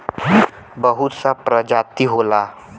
बहुत सा प्रजाति होला